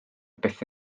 byth